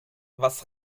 was